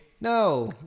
No